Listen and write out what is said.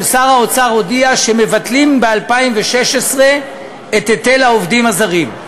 ששר האוצר הודיע שמבטלים ב-2016 את היטל העובדים הזרים.